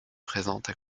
présentes